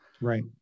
Right